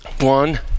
one